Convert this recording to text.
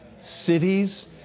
cities